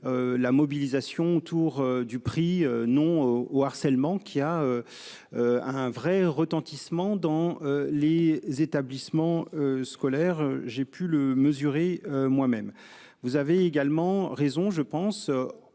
La mobilisation autour du prix non au au harcèlement qui a. Un vrai retentissement dans les établissements scolaires. J'ai pu le mesurer moi-même. Vous avez également raison je pense